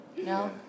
No